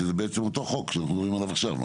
שזה בעצם אותו חוק שאנחנו מדברים עליו עכשיו,